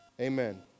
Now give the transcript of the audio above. amen